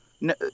No